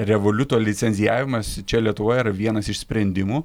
revoliuto licencijavimas čia lietuvoje yra vienas iš sprendimų